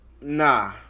Nah